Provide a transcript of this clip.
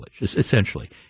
essentially